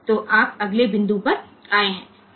तो आप अगले बिंदु पर आए हैं